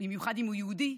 במיוחד אם הוא יהודי,